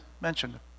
mentioned